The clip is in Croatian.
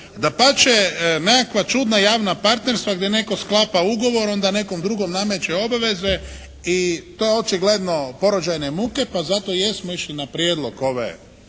Dapače nekakva čudna javna partnerstva gdje netko sklapa ugovor, onda nekom drugom nameće obveze i to očigledno porođajne muke pa zato jesmo išli na prijedlog ove